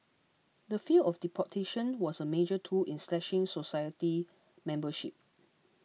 the fear of deportation was a major tool in slashing society membership